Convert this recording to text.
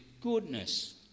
goodness